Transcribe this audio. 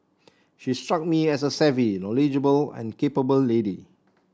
she struck me as a savvy knowledgeable and capable lady